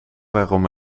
waarom